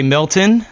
Milton